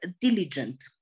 diligent